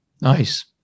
Nice